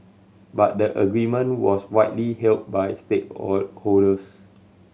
but the agreement was widely hailed by stake holders